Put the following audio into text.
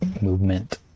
movement